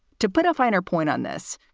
to put a finer point on this,